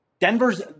Denver's